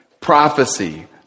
Prophecy